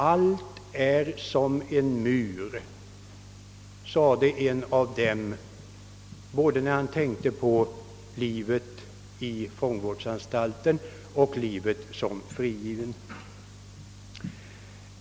Allt är som en mur, sade en av dem, när han tänkte både på livet i fångvårdsanstalten och livet som frigiven.